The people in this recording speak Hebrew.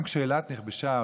גם כשאילת נכבשה,